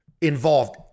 involved